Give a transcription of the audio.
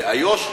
באיו"ש,